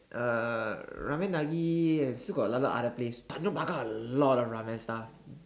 uh ramen-nagi still got lot of other place Tanjong-Pagar a lot of ramen stuff